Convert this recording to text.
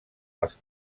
els